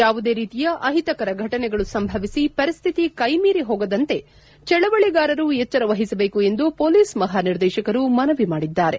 ಯಾವುದೇ ರೀತಿಯ ಅಹಿತಕರ ಫಟನೆಗಳು ಸಂಭವಿಸಿ ಪರಿಸ್ಥಿತಿ ಕೈಮೀರಿ ಹೋಗದಂತೆ ಚಳುವಳಿಗಾರರು ಎಚ್ವರವಹಿಸಬೇಕು ಎಂದು ಮೊಲೀಸ್ ಮಹಾನಿರ್ದೇಶಕರು ಮನವಿ ಮಾಡಿದ್ದಾರೆ